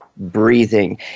breathing